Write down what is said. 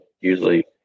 usually